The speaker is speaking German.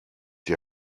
die